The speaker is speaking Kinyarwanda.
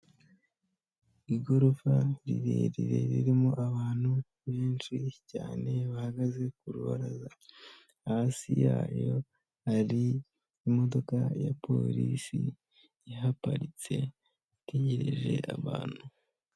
Igorofa rirerire ririmo abantu benshi cyane. Bahagaze ku rubaraza, hasi yayo hari imodoka ya polisi ihaparitse itegereje abantu.